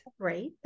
great